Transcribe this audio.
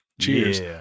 Cheers